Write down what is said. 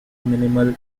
minimal